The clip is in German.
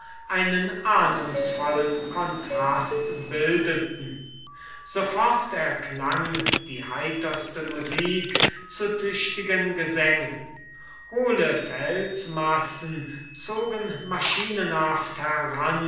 einen ahnungsvollen kontrast bildeten sofort erklang die heiterste musik zu tüchtigen gesängen hohle felsmassen zogen maschinenhaft heran